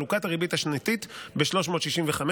חלוקת הריבית השנתית ב-365,